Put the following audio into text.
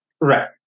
right